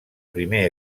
primer